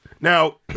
Now